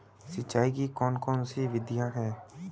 सिंचाई की कौन कौन सी विधियां हैं?